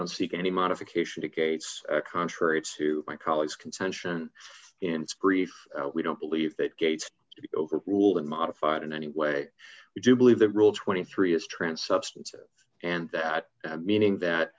don't seek any modification to gates contrary to my colleague's contention in its grief we don't believe that gates over rule and modified in any way we do believe that rule twenty three is trent substance and that meaning that